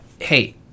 hey –